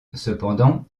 cependant